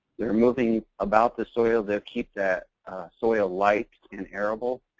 they're moving about the soil. they'll keep that soil light and arable.